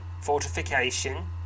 fortification